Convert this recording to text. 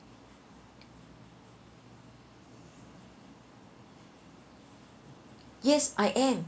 yes I am